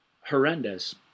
horrendous